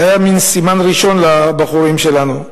זה היה מין סימן ראשון לבחורים שלנו.